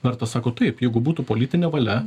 vertas sako taip jeigu būtų politinė valia